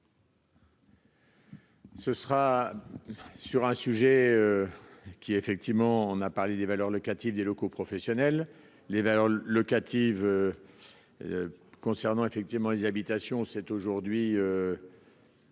Ce sera sur un sujet qui est, effectivement, on a parlé des valeurs locatives des locaux professionnels, les valeurs locatives concernant effectivement les habitations c'est aujourd'hui.